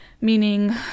meaning